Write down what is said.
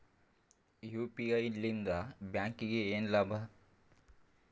UPI ಲಿಂದ ಬ್ಯಾಂಕ್ಗೆ ಏನ್ ಲಾಭ?